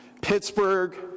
Pittsburgh